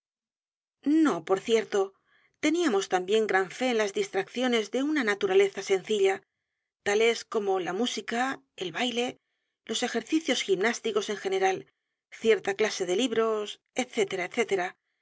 no por cierto teníamos también g r a n fe en las distracciones de u n a naturaleza sencilla tales como la música el baile los ejercicios gimnásticos en general cierta clase de libros